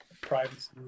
privacy